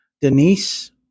Denise